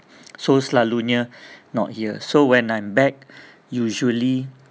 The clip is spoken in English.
so selalunye not here so when I'm back usually